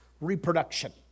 reproduction